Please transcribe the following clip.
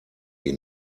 die